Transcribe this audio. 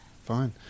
fine